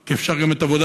כי גם את עבודת